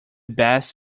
best